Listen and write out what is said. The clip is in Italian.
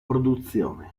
produzione